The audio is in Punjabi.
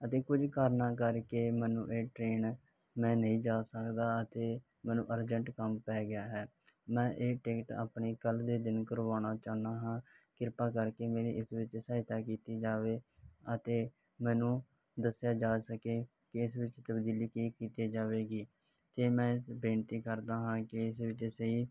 ਅਤੇ ਕੁਝ ਕਾਰਨਾਂ ਕਰਕੇ ਮੈਨੂੰ ਇਹ ਟਰੇਨ ਮੈਂ ਨਹੀਂ ਜਾ ਸਕਦਾ ਅਤੇ ਮੈਨੂੰ ਅਰਜੈਂਟ ਕੰਮ ਪੈ ਗਿਆ ਹੈ ਮੈਂ ਇਹ ਟਿਕਟ ਆਪਣੀ ਕੱਲ੍ਹ ਦੇ ਦਿਨ ਕਰਵਾਉਣਾ ਚਾਹੁੰਦਾ ਹਾਂ ਕਿਰਪਾ ਕਰਕੇ ਮੇਰੀ ਇਸ ਵਿੱਚ ਸਹਾਇਤਾ ਕੀਤੀ ਜਾਵੇ ਅਤੇ ਮੈਨੂੰ ਦੱਸਿਆ ਜਾ ਸਕੇ ਕਿ ਇਸ ਵਿੱਚ ਤਬਦੀਲੀ ਕੀ ਕੀਤੀ ਜਾਵੇਗੀ ਅਤੇ ਮੈਂ ਬੇਨਤੀ ਕਰਦਾ ਹਾਂ ਕਿ ਇਸ ਵਿੱਚ ਸਹੀ